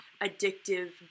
addictive